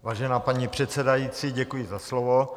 Vážená paní předsedající, děkuji za slovo.